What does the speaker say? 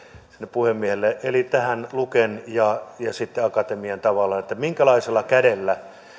puhemiehelle tämän luken ja sitten akatemian asiaa tavallaan minkälaisella kädellä